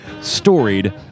storied